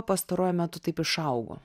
pastaruoju metu taip išaugo